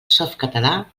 softcatalà